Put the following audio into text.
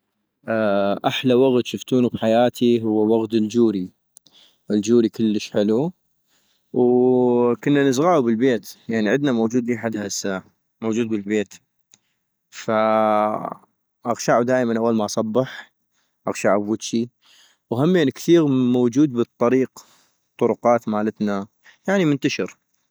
احلى وغد شفتونو بحياتي هو وغد الجوري - الجوري كلش حلو - وكنا نزغعو بالبيت ، يعني عدنا موجود لي حد هسه موجود بالبيت - فاغشعو دائما أول ما أصبح اغشعو بوجي - وهمين كثيغ موجود بالطريق، الطرقات مالتنا، يعني منتشر